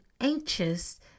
anxious